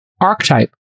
archetype